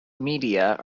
media